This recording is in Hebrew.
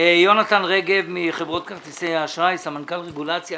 יונתן רגב מחברות כרטיסי האשראי, סמנכ"ל רגולציה.